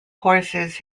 horses